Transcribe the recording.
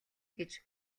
гэж